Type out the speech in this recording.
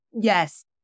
Yes